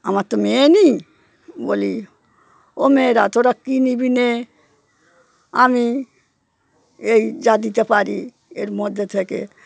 আমার তো মেয়ে নেই বলি ও মেয়েরা তোরা কি নিবি নে আমি এই যা দিতে পারি এর মধ্যে থেকে